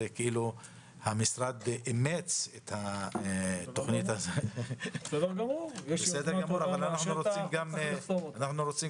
המשרד אימץ את התוכנית הזאת אבל אנחנו רוצים